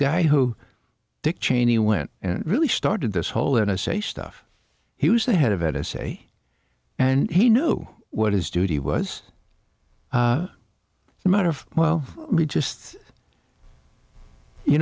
guy who dick cheney went and really started this whole n s a stuff he was the head of it i say and he knew what his duty was a matter of well he just you